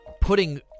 putting